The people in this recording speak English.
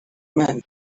man